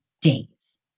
days